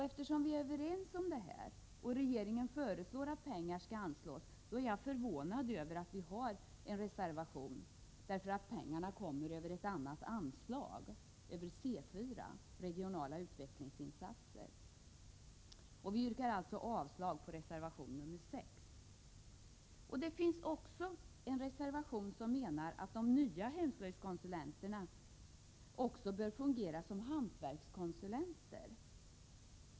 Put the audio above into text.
Eftersom vi är överens och regeringen föreslår att pengar skall anslås, är jag förvånad över att det finns en reservation om detta. Pengarna kommer ju över ett annat anslag, över anslaget C 4, Regionala utvecklingsinsatser. Vi yrkar alltså avslag på reservation 6. Det finns vidare en reservation, där det menas att de nya hemslöjdskonsulenterna också bör fungera som hantverkskonsulenter.